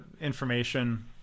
information